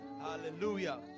Hallelujah